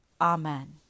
Amen